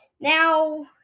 Now